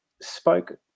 spoke